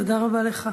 תודה רבה לך.